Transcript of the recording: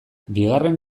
bigarren